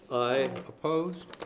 aye. opposed.